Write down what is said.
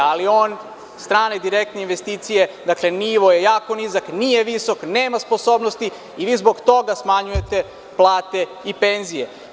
Ali, strane direktne investicije, nivo je jako nizak, nije visok, nema sposobnosti i vi zbog toga smanjujete plate i penzije.